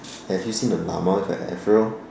have you seen a llama with an Afro